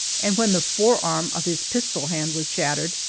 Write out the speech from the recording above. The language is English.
and when the forearm of his pistol hand was shattered,